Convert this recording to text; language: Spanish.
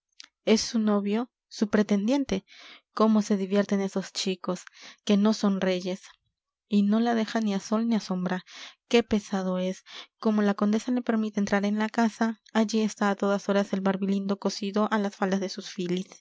es su novio su pretendiente cómo se divierten esos chicos que no son reyes y no la deja ni a sol ni a sombra qué pesado es como la condesa le permite entrar en la casa allí está a todas horas el barbilindo cosido a las faldas de su filis